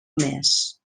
més